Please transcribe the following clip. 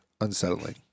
unsettling